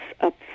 up